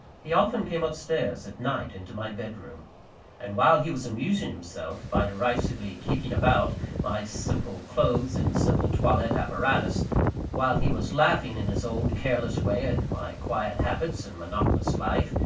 he often came up-stairs, at night, into my bed-room and while he was amusing himself by derisively kicking about my simple clothes and simple toilette apparatus while he was laughing in his old careless way at my quiet habits and monotonous life,